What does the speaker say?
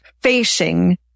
facing